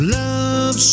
love